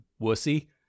wussy